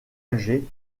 alger